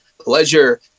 pleasure